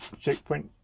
Checkpoint